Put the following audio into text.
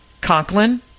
Conklin